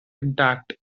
intact